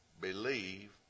believe